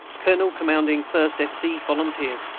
colonel commanding first s. c. volunteers.